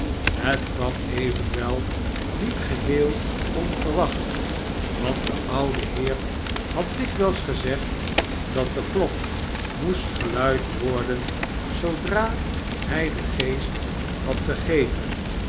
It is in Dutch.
het kwam evenwel niet geheel onverwacht want de oude heer had dikwijls gezegd dat de klok moest geluid worden zoodra hij den geest had gegeven